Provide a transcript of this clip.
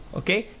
okay